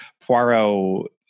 Poirot